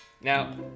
Now